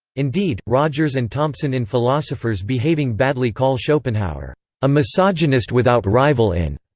indeed, rodgers and thompson in philosophers behaving badly call schopenhauer a misogynist without rival in.